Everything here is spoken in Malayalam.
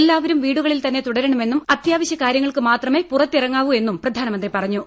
എല്ലാവരും വീടുകളിൽതന്നെ തുടരണമെന്നും അത്യാവശ്യ കാര്യങ്ങൾക്ക് മാത്രമേ പുറത്തിറങ്ങാവൂ എന്നും പ്രധാനമന്ത്രി പറഞ്ഞു